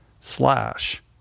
slash